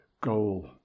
goal